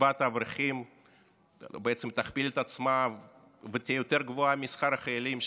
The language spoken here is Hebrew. קצבת האברכים תכפיל את עצמה ותהיה יותר גבוהה משכר החיילים,